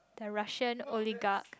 the Russian